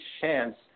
chance